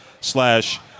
slash